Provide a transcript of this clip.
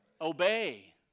obey